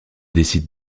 décide